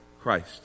Christ